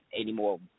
anymore